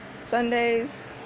Sundays